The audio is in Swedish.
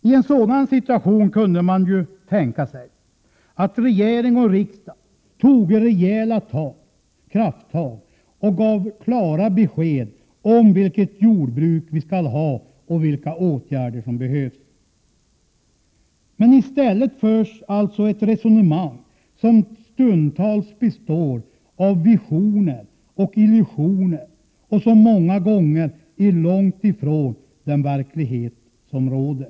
I en sådan situation kunde man ju tänka sig att regering och riksdag skulle ta rejäla krafttag och ge klara besked om vilket jordbruk vi skall ha och vilka åtgärder som behövs. I stället förs alltså ett resonemang som stundtals består av visioner och illusioner, och som många gånger är långt från den verklighet som råder.